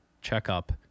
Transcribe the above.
checkup